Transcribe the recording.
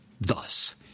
Thus